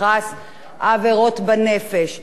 יותר עבירות בתחום הרכוש.